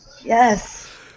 Yes